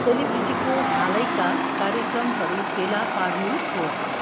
सेलिब्रिटीको हालैका कार्यक्रमहरू फेला पार्नुहोस्